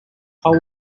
how